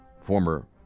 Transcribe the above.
former